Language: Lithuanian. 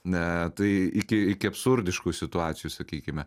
ne tai iki iki absurdiškų situacijų sakykime